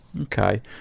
Okay